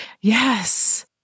Yes